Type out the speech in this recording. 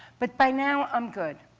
but by now i'm good.